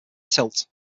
tilt